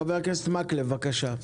חבר הכנסת מקלב, בבקשה.